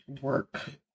Work